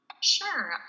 Sure